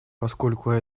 поскольку